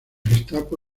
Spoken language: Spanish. gestapo